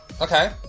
Okay